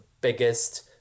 biggest